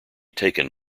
taken